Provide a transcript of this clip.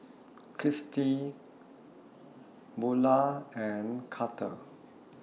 Kristy Bula and Karter